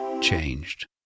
changed